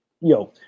yo